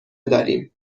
داریم